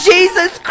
Jesus